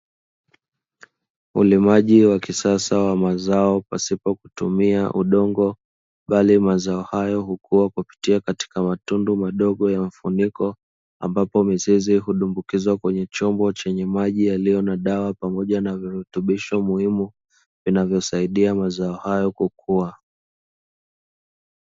Ulimaji wa kisasa wa mazao pasipo kutumia udongo, bali mazao hayo hukua kupitia katika matundu madogo ya mfuniko, ambapo mizizi hutumbukizwa kwenye chombo chenye maji yaliyo na dawa pamoja na virutubisho muhimu, vinavyosaidia mazao hayo kukua.